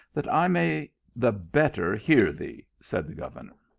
that i may the better hear thee, said the governor.